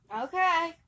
Okay